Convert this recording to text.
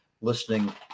listening